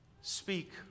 Speak